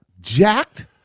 jacked